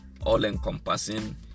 all-encompassing